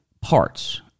parts